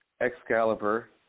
Excalibur